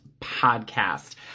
podcast